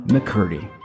McCurdy